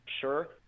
Sure